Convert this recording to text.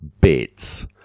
bits